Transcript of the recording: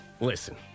Listen